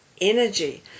energy